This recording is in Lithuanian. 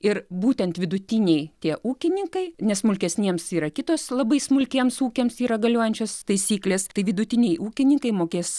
ir būtent vidutiniai tie ūkininkai nes smulkesniems yra kitos labai smulkiems ūkiams yra galiojančios taisyklės tai vidutiniai ūkininkai mokės